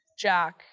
jack